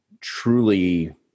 truly